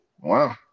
Wow